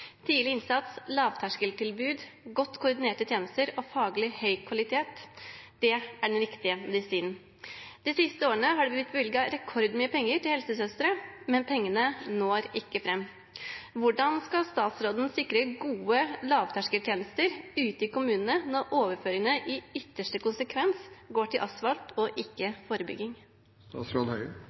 Tidlig innsats, lavterskeltilbud og godt koordinerte tjenester med faglig høy kvalitet der folk bor, er den riktige medisinen. De siste årene er det blitt bevilget rekordmye penger til flere helsesøstre. Men pengene når ikke frem. Hvordan skal statsråden sikre gode lavterskeltjenester ute i kommunene når overføringene i ytterste konsekvens går til asfalt og ikke